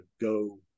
go